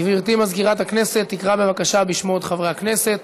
גברתי מזכירת הכנסת תקרא בבקשה בשמות חברי הכנסת.